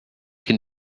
can